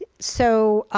so,